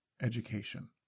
education